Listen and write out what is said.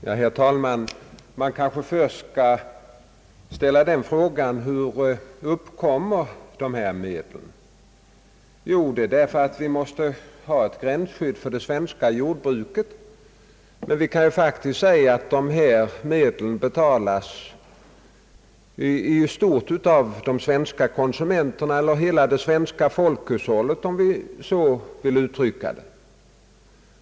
Herr talman! Man skall kanske först ställa frågan, hur dessa medel uppkommer. Svaret är att vi måste ha ett gränsskydd för det svenska jordbruket. Men faktiskt kan man säga att dessa medel betalas i stort av de svenska konsumenterna, eller hela det svenska folkhushållet, om vi så vill uttrycka det.